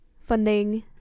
Funding